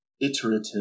iterative